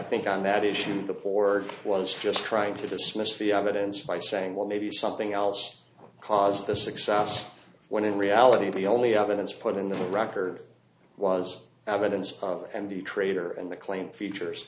think on that issue the board was just trying to dismiss the evidence by saying well maybe something else cause the success when in reality the only evidence put in the record was evidence of andy traitor and the claim features